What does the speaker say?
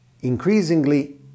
increasingly